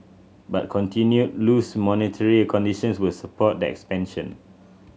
but continued loose monetary conditions will support the expansion